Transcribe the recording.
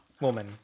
Woman